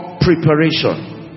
preparation